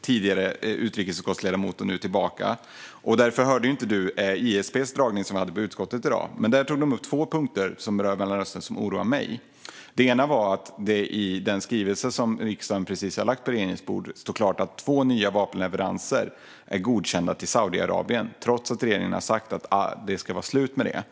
tidigare utrikesutskottsledamot som nu är tillbaka. Därför hörde han inte ISP:s föredragning i utskottet i dag. Men där tog de upp två punkter som rör Mellanöstern som oroar mig. Det ena var att det i den skrivelse som regeringen just har lagt på riksdagens bord står klart att två nya vapenleveranser är godkända till Saudiarabien trots att regeringen har sagt att det ska vara slut med det.